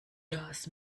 das